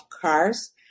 cars